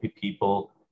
people